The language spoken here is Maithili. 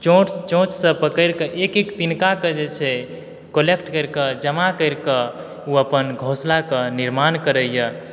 चोञ्च चोञ्चसऽ पकड़िकऽ एक एक तिनकाकऽ जे छै कोलेक्ट करिकऽ जमा करिकऽ ओ अपन घोसलाकऽ निर्माण करैए